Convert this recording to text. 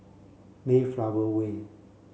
Mayflower Way